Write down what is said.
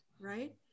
right